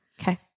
Okay